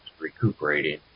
recuperating